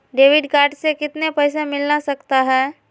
Debit card से कितने पैसे मिलना सकता हैं?